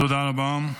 תודה רבה.